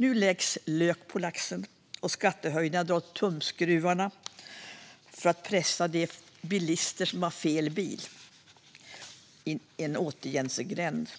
Nu läggs lök på laxen, och skattehöjningar drar åt tumskruvarna för att pressa de bilister som har "fel bil" in i en återvändsgränd.